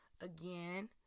again